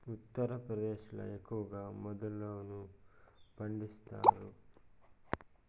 ఉత్తరప్రదేశ్ ల ఎక్కువగా యెదురును పండిస్తాండారు